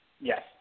Yes